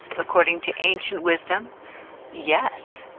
according to ancient wisdom yes.